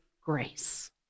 grace